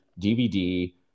DVD